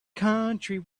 country